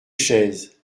chaises